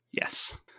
yes